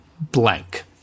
blank